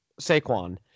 Saquon